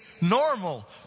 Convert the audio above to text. normal